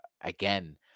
again